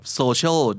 social